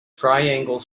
triangle